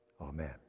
Amen